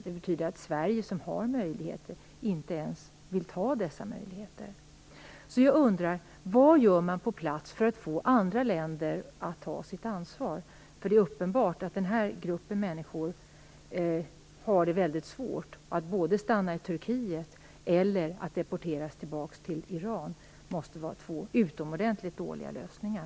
Det betyder att Sverige inte ens vill använda de möjligheter som finns. Jag undrar vad man gör på plats för att få andra länder att ta sitt ansvar. Det är uppenbart att den här gruppen människor har det väldigt svårt. Att de stannar i Turkiet eller att de deporteras tillbaka till Iran måste vara två utomordentligt dåliga lösningar.